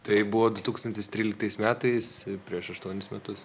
tai buvo du tūkstantis tryliktais metais prieš aštuonis metus